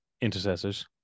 intercessors